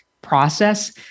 process